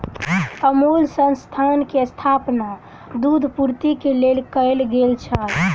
अमूल संस्थान के स्थापना दूध पूर्ति के लेल कयल गेल छल